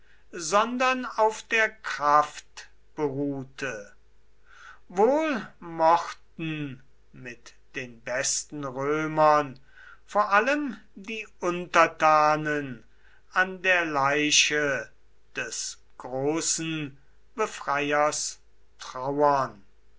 sondern auf der kraft beruhte wohl mochten mit den besten römern vor allem die untertanen an der leiche des großen befreiers trauern